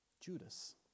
Judas